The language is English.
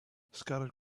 scattered